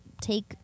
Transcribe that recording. take